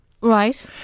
Right